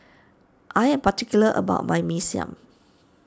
I am particular about my Mee Siam